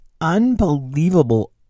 unbelievable